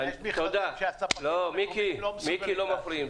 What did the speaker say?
אבל יש מכרזים שהספקים --- מיקי, לא מפריעים.